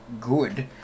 good